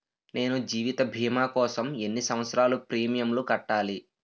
నేను జీవిత భీమా కోసం ఎన్ని సంవత్సారాలు ప్రీమియంలు కట్టాలి?